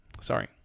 sorry